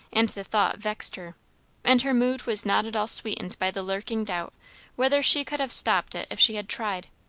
and the thought vexed her and her mood was not at all sweetened by the lurking doubt whether she could have stopped it if she had tried.